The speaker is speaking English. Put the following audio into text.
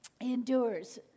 endures